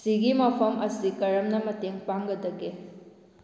ꯁꯤꯒꯤ ꯃꯐꯝ ꯑꯁꯤ ꯀꯔꯝꯅ ꯃꯇꯦꯡ ꯄꯥꯡꯒꯗꯒꯦ